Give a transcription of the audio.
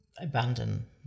Abandon